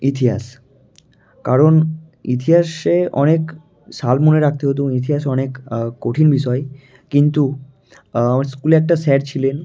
ইতিহাস কারণ ইতিহাসে অনেক সাল মনে রাখতে হতো ইতিহাস অনেক কঠিন বিষয় কিন্তু আমার স্কুলে একটা স্যার ছিলেন